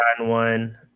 one